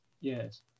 yes